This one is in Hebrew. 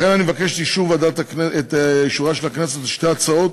לכן, אני מבקש את אישורה של הכנסת לשתי ההצעות